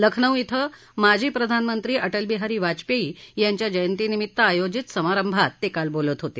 लखनौ क्रें माजी प्रधानमंत्री अटलबिहारी वाजपेयी यांच्या जयंतीनिमित्त आयोजित समारंभात बोलत होते